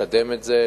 לקדם את זה.